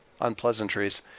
unpleasantries